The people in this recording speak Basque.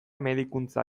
medikuntza